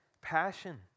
passion